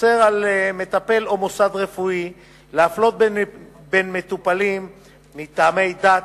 אוסר על מטפל או מוסד רפואי להפלות בין מטופלים מטעמי דת,